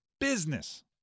business